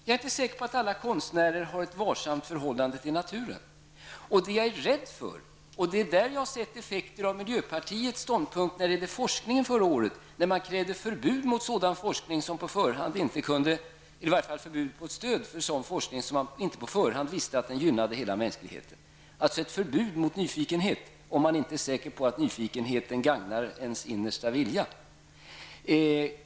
Jag är inte säker på att alla konstnärer har ett varsamt förhållande till naturen. Jag är rädd för vissa effekter, och jag har sett vilka effekter miljöpartiets ståndpunkt förra året när det gäller forskningen har fått, då miljöpartiet krävde förbud mot stöd för sådan forskning som man på förhand inte visste gynnar hela mänskligheten, alltså ett förbud mot nyfikenhet, om man inte är säker på att nyfikenheten gagnar ens innersta vilja.